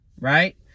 Right